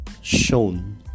shown